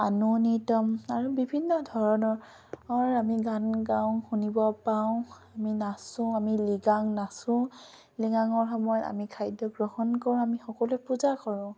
আনুনিতম আৰু বিভিন্ন ধৰণৰৰ আমি গান গাওঁ শুনিব পাওঁ আমি নাচোঁ আমি লিগাং নাচোঁ লিগাঙৰ সময়ত আমি খাদ্য গ্ৰহণ কৰোঁ আমি সকলোৱে পূজা কৰোঁ